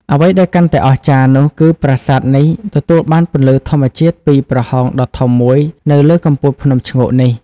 អ្វីដែលកាន់តែអស្ចារ្យនោះគឺប្រាសាទនេះទទួលបានពន្លឺធម្មជាតិពីប្រហោងដ៏ធំមួយនៅលើកំពូលរូងភ្នំឈ្ងោកនេះ។